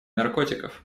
наркотиков